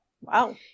wow